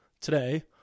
today